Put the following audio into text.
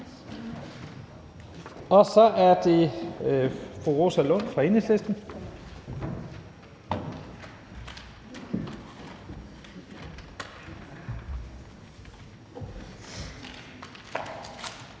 Så er det fru Rosa Lund fra Enhedslisten.